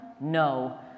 No